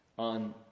on